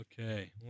Okay